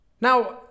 Now